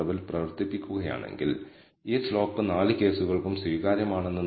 അതിനാൽ നമ്മൾ ആരംഭിക്കുന്നതിന് മുമ്പ് ഈ എസ്റ്റിമേറ്റുകളുടെ ചില പ്രോപ്പർട്ടികൾ നമുക്ക് ഉരുത്തിരിഞ്ഞുവരേണ്ടതുണ്ട്